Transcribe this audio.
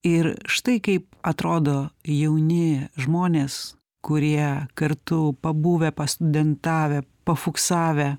ir štai kaip atrodo jauni žmonės kurie kartu pabuvę pastudentavę pafuksavę